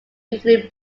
weekly